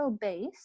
base